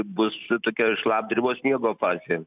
bus tokia šlapdribos miego fazė